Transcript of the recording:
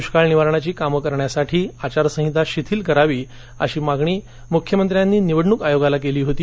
दुष्काळ निवारणाची कामं करण्यासाठी आचारसंहिता शिथिल करावी अशी मागणी मुख्यमंत्र्यांनी निवडणूक आयोगाला केली होती